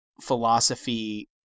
philosophy